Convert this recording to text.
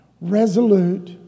resolute